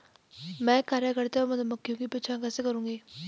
मैं कार्यकर्ता मधुमक्खियों की पहचान कैसे करूंगी?